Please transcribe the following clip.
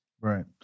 Right